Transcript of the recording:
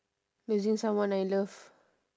losing someone I love